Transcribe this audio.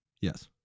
Yes